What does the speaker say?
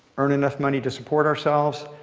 earn enough money to support ourselves,